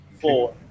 four